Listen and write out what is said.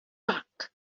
back